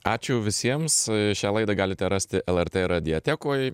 ačiū visiems šią laidą galite rasti lrt radiotekoj